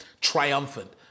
triumphant